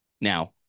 now